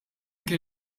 kien